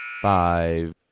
Five